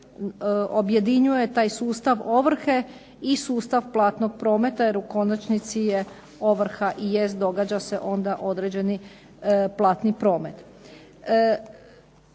objedinjuje taj sustav ovrhe i sustav platnog prometa jer u konačnici je ovrha i jest događa se onda određeni platni promet.